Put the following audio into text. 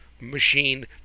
machine